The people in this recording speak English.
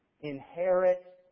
inherit